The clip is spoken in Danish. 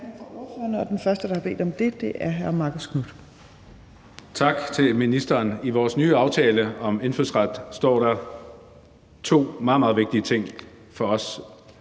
fra ordførerne, og den første, der har bedt om det, er hr. Marcus Knuth.